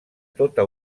tota